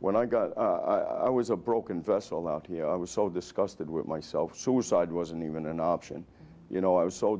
when i got i was a broken vessel out here i was so disgusted with myself suicide wasn't even an option you know i was so